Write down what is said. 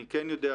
אני כן יודע,